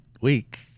week